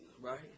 right